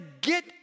get